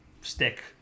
stick